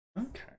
Okay